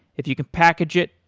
if you can package it,